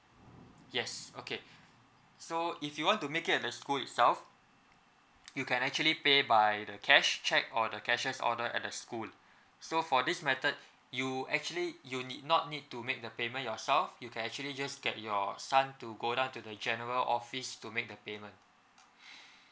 yes okay so if you want to make it at the school itself you can actually pay by the cash cheque or the cashier's order at the school so for this method you actually you not need to make the payment yourself you can actually just get your son to go down to the general office to make the payment